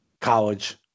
College